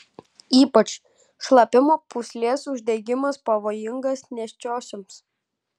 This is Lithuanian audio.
ypač šlapimo pūslės uždegimas pavojingas nėščiosioms